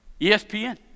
ESPN